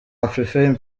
afrifame